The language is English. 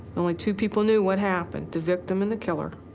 only two people knew what happened, the victim and the killer.